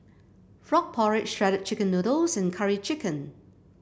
Frog Porridge Shredded Chicken Noodles and Curry Chicken